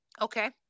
Okay